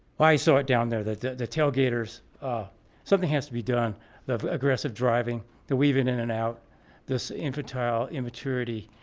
well, i saw it down there that the tailgaters ah something has to be done aggressive driving the weaving in and out this infantile immaturity.